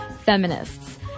feminists